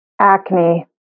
Acne